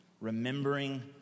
Remembering